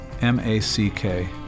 M-A-C-K